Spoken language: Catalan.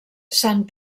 sant